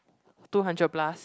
two hundred plus